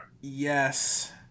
yes